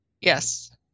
Yes